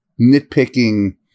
nitpicking